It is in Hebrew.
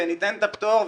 וניתן את הפטור,